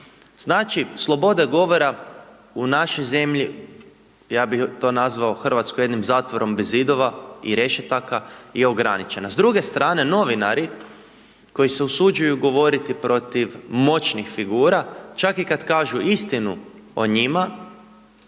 Znači sloboda govora u našoj zemlji, ja bih to nazvao Hrvatsku jednim zatvorom bez zidova i rešetaka je ograničena. S druge strane novinari koji se usuđuju govoriti protiv moćnih figura, čak i kad kažu istinu o njima